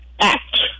act